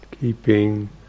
keeping